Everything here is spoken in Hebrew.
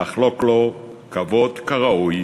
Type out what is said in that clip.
נחלוק לו כבוד כראוי